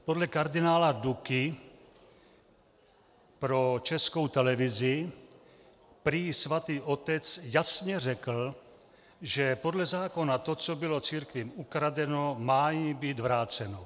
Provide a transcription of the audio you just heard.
Podle kardinála Duky pro Českou televizi prý Svatý otec jasně řekl, že podle zákona to, co bylo církvím ukradeno, má jim být vráceno.